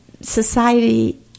society